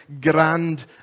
grand